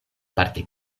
parte